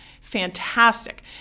Fantastic